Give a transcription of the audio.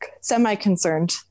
semi-concerned